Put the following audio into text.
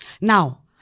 Now